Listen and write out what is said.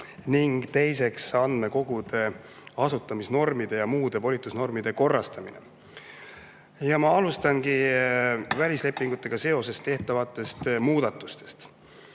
ning teiseks andmekogude asutamise normide ja muude volitusnormide korrastamine. Ma alustan välislepingutega seoses tehtavatest muudatustest.